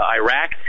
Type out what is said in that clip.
Iraq